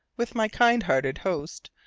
with my kind-hearted host,